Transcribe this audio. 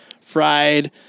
fried